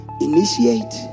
Initiate